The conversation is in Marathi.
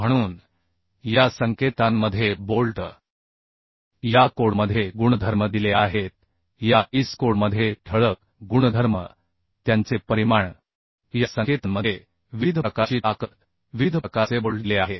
म्हणून या संकेतांमध्ये बोल्ट या कोडमध्ये गुणधर्म दिले आहेत या IS कोडमध्ये ठळक गुणधर्म त्यांचे परिमाण या संकेतांमध्ये विविध प्रकारची ताकद विविध प्रकारचे बोल्ट दिले आहेत